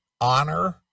honor